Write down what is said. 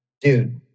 dude